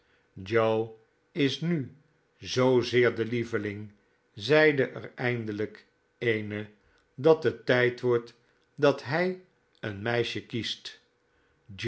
joe is nu zoozeer de lieveling zeide er eindelijk eene dat het tijd wordt dat hij een meisje kiest